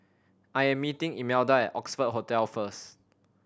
I am meeting Imelda at Oxford Hotel first